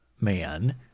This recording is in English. man